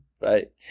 right